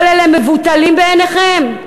כל אלה מבוטלים בעיניכם?